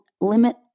limit